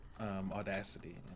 Audacity